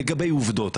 לגבי עובדות,